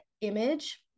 image